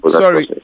sorry